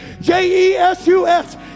j-e-s-u-s